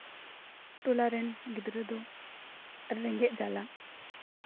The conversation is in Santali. ᱴᱚᱞᱟ ᱨᱮᱱ ᱜᱤᱫᱽᱨᱟᱹ ᱫᱚ ᱨᱮᱸᱜᱮᱡ ᱡᱟᱞᱟ